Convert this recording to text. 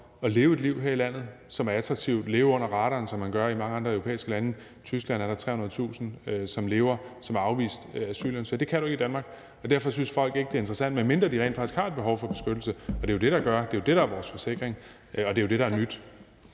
at leve et liv her i landet, som er attraktivt, altså leve under radaren, som man gør i mange andre europæiske lande. I Tyskland er der 300.000, der lever som afviste asylansøgere. Det kan man ikke i Danmark, og derfor synes folk ikke, det er interessant at komme hertil, medmindre de rent faktisk har et behov for beskyttelse. Det er jo det, der er vores forsikring, og det er jo det, der er nyt.